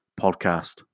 podcast